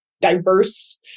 diverse